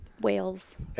Whales